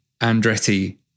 Andretti